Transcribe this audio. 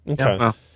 Okay